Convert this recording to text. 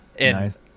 Nice